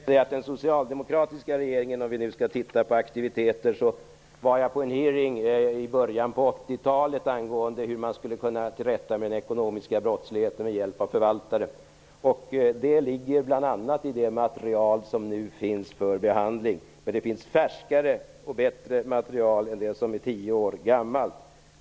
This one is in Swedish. Herr talman! Det är ju precis det jag säger! Om vi skall se närmare på vem som har stått för aktiviteterna kan jag nämna att jag i början av 80 talet var på en hearing om hur man skulle kunna komma till rätta med den ekonomiska brottsligheten med hjälp av förvaltare. Det materialet finns med i det material som nu föreligger för behandling. Det finns färskare och bättre material än det som är tio år gammalt.